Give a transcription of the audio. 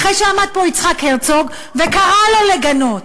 אחרי שעמד פה יצחק הרצוג וקרא לו לגנות,